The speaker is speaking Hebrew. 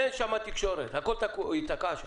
אין שם תקשורת והכול ייתקע .